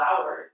hours